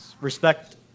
respect